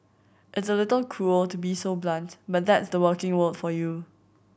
it's a little cruel to be so blunt but that's the working world for you